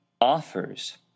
offers